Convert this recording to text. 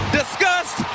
disgust